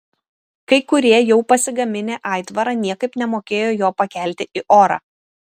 kai kurie jau pasigaminę aitvarą niekaip nemokėjo jo pakelti į orą